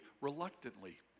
reluctantly